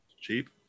Cheap